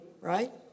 right